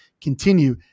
continue